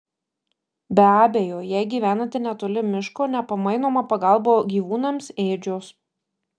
be abejo jei gyvenate netoli miško nepamainoma pagalba gyvūnams ėdžios